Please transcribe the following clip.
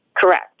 Correct